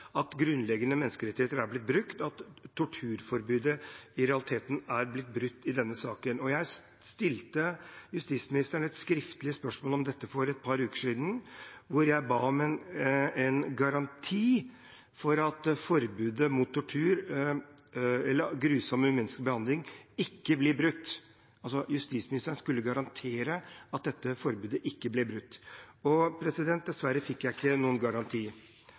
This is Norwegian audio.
at grunnleggende menneskerettigheter er blitt brutt, at torturforbudet i realiteten er blitt brutt i denne sammenhengen. Jeg stilte justisministeren et skriftlig spørsmål om dette for et par uker siden, hvor jeg ba om en garanti for at forbudet mot tortur eller grusom, umenneskelig behandling ikke blir brutt, altså at justisministeren skulle garantere at dette forbudet ikke blir brutt. Dessverre fikk jeg ikke noen garanti